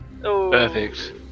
Perfect